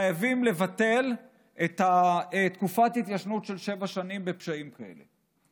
שחייבים לבטל את תקופת ההתיישנות של שבע שנים בפשעים כאלה,